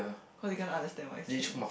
cause he cannot understand what you saying